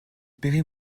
paierai